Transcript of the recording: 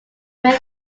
main